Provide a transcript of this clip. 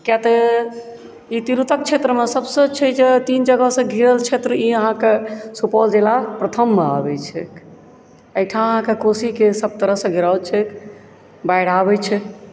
किया तऽ ई तिरहुतक क्षेत्र मे सबसँ छै जे तीन जगह सँ घिरल क्षेत्र ई आहाँके सुपौल जिला प्रथम मे अबैत छैक एहिठाम आहाँके कोशीकेँ सब तरह सँ घिराव छैक बाढ़ि आबै छै